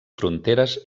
fronteres